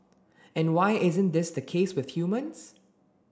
and why isn't this the case with humans